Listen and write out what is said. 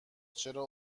چرا